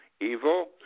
evil